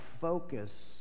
focus